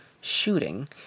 shooting